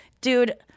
dude